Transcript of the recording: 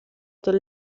tot